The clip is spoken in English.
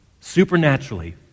Supernaturally